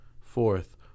Fourth